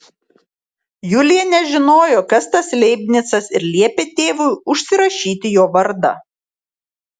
julija nežinojo kas tas leibnicas ir liepė tėvui užsirašyti jo vardą